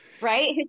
Right